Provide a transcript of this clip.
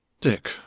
Dick